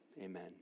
amen